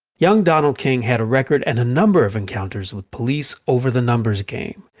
young donald king had a record and a number of encounters with police over the numbers game.